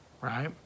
right